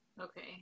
Okay